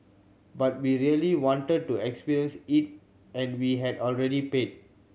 but we really wanted to experience it and we had already paid